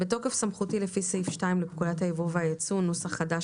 בתוקף סמכותי לפי סעיף 2 לפקודת הייבוא והייצוא (נוסח חדש),